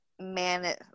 man